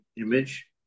image